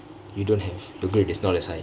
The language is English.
you don't have your grade is not as high